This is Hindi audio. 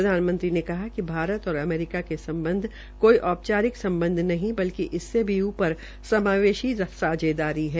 प्रधानमंत्री ने कहा कि भारत और अमेरिका के सम्बध कोई औपचारिक सम्बध नहीं बल्कि इससे भी ऊप्र समावेशी सांझदारी है